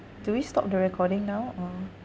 do we stop the recording now or